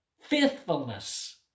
faithfulness